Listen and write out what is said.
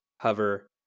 Hover